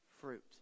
fruit